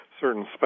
certain